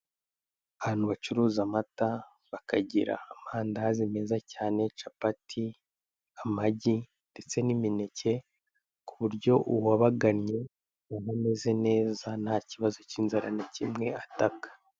Ahantu bacuruza amata bakagira amandazi meza cyane, capati, amagi ndetse n'imineke ku buryo uwabagannye aba ameze neza nta kibazo k'inzara na kimwe ataka.